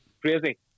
Crazy